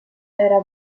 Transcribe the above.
era